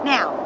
Now